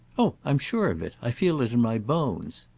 oh i'm sure of it. i feel it in my bones.